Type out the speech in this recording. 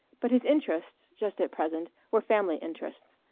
but his interests, just at present, were family interests.